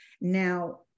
Now